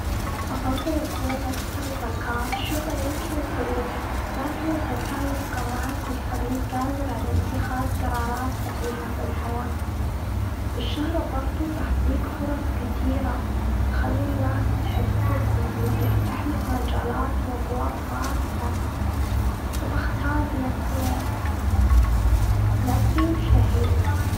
أفضل أكون أكثر ذكاء. الشهرة يمكن تروح، لكن الذكاء يبقى معك ويخليك قادر على إتخاذ قرارات صحيحة في الحياة. والشهرة برضو تعطيك فرص كثيرة، تخلي الناس تحبك، وتفتح لك مجالات وابواب واسعه. فبختار الإثنين، ذكي وشهير.